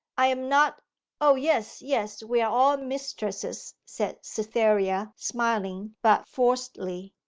i am not o yes, yes, we are all mistresses said cytherea, smiling, but forcedly.